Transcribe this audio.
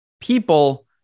people